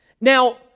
Now